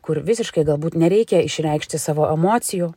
kur visiškai galbūt nereikia išreikšti savo emocijų